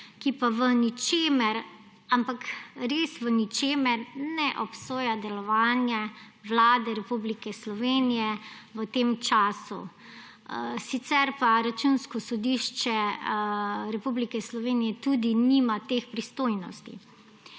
ki pa v ničemer, ampak res v ničemer ne obsoja delovanja Vlade Republike Slovenije v tem času. Sicer pa Računsko sodišče Republike Slovenije tudi nima teh pristojnosti.